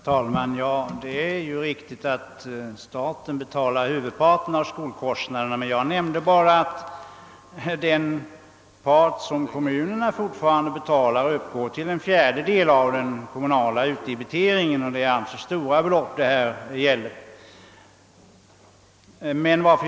Herr talman! Det är riktigt att staten betalar huvudparten av skolkostnaderna. Jag nämnde bara att den part som kommunerna fortfarande betalar uppgår till en fjärdedel av den kommunala utdebiteringen. Det är alltså stora belopp det här gäller.